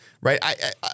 right